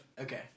Okay